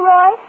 Roy